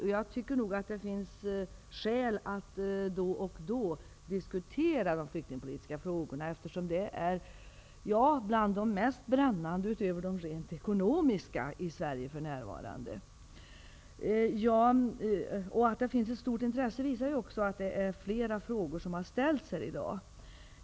Men jag tycker nog att det finns skäl att då och då diskutera de flyktingpolitiska frågorna, eftersom de är bland de mest brännande utöver de rent ekonomiska frågorna i Sverige för närvarande. Att det finns ett stort intresse visas av att fler frågor om asylpolitiken har ställts till i dag.